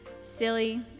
silly